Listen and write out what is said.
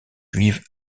juive